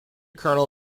colonel